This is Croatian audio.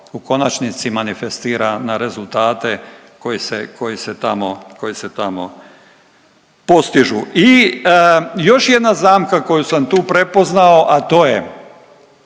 u konačnici manifestira na rezultate koji se, koji se tamo, koji se tamo postižu. I još jedna zamka koju sam tu prepoznao, a to je,